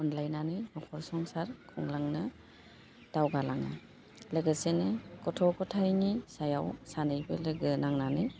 अनलायनानै नखर संसार खुंलांनो दावगालाङो लोगोसेनो गथ' गथायनि सायाव सानैबो लोगो नांनानै